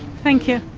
thank you.